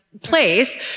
place